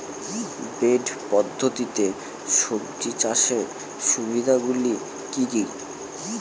Bed পদ্ধতিতে সবজি চাষের সুবিধাগুলি কি কি?